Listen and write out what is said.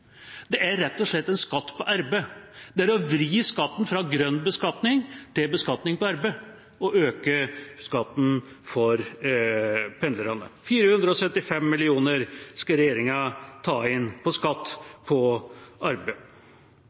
Det er rett og slett en skatt på arbeid. Det er å vri skatten fra grønn beskatning til beskatning på arbeid å øke skatten for pendlerne. 475 mill. kr skal regjeringa ta inn på skatt på arbeid.